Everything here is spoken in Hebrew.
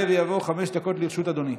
חברת הכנסת אורנה ברביבאי,